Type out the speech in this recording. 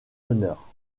honneur